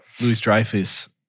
Louis-Dreyfus